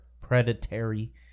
predatory